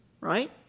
right